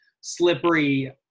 slippery